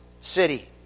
city